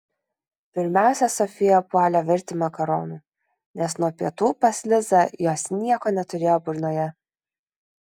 pirmiausia sofija puolė virti makaronų nes nuo pietų pas lizą jos nieko neturėjo burnoje